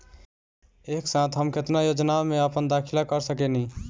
एक साथ हम केतना योजनाओ में अपना दाखिला कर सकेनी?